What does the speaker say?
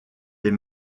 des